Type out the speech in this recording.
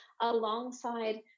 alongside